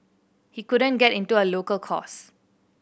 he couldn't get into a local course